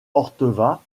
orteva